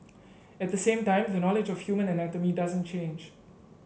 at the same time the knowledge of human anatomy doesn't change